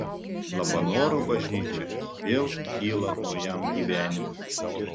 labanoro bažnyčia vėl kyla naujam gyvenimui